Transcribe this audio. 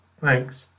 Thanks